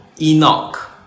Enoch